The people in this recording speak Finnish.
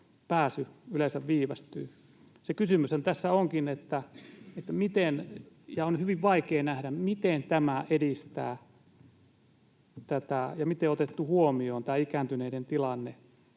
pääsy yleensä viivästyy. Se kysymyshän tässä onkin, että on hyvin vaikea nähdä, miten tämä muutos edistää tätä asiaa ja miten on otettu huomioon tämä ikääntyneiden tilanne.